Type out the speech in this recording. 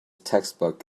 textbook